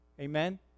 amen